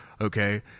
Okay